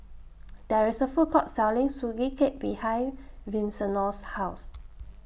There IS A Food Court Selling Sugee Cake behind Vincenzo's House